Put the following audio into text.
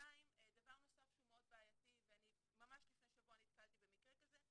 דבר נוסף שהוא מאוד בעייתי ואני ממש לפני שבוע נתקלתי במקרה כזה,